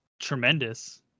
tremendous